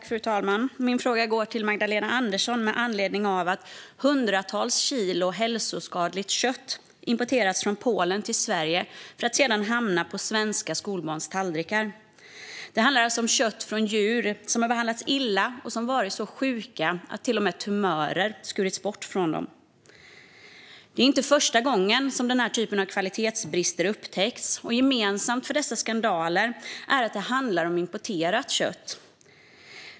Fru talman! Min fråga går till Magdalena Andersson med anledning av att hundratals kilo hälsoskadligt kött har importerats från Polen till Sverige för att sedan hamna på svenska skolmatstallrikar. Det handlar alltså om kött från djur som har behandlats illa och som varit så sjuka att till och med tumörer har skurits bort från köttet. Det är inte första gången som den här typen av kvalitetsbrister upptäcks. Gemensamt för dessa skandaler är att det handlar om importerat kött.